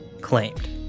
claimed